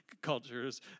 cultures